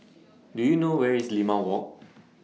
Do YOU know Where IS Limau Walk